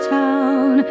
town